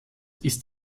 ist